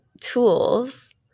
tools